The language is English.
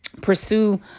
pursue